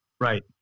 Right